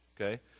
okay